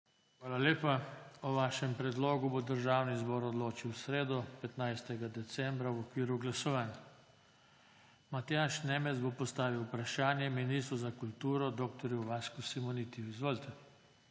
Hvala lepa. O vašem predlogu bo Državni zbor odločil v sredo, 15. decembra, v okviru glasovanj. Matjaž Nemec bo postavil vprašanje ministru za kulturo dr. Vasku Simonitiju. Izvolite.